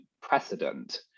precedent